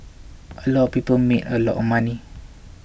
a lot of people made a lot of money